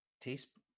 taste